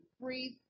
breathe